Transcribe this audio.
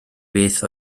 beth